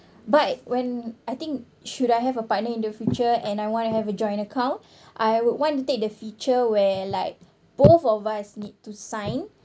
but when I think should I have a partner in the future and I want to have a joint account I would want to take the feature where like both of us need to sign